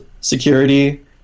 security